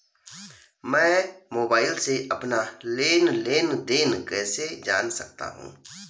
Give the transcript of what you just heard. मैं मोबाइल से अपना लेन लेन देन कैसे जान सकता हूँ?